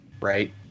right